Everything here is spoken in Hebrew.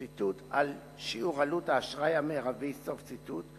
ציטוט: "על שיעור עלות האשראי המרבי" סוף ציטוט,